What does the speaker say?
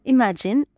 Imagine